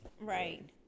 Right